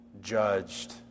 judged